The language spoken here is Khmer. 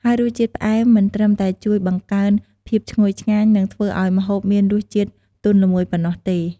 ហើយរសជាតិផ្អែមមិនត្រឹមតែជួយបង្កើនភាពឈ្ងុយឆ្ងាញ់ និងធ្វើឱ្យម្ហូបមានរសជាតិទន់ល្មើយប៉ុណ្ណោះទេ។